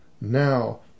Now